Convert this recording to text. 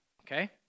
Okay